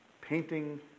painting